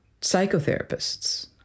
psychotherapists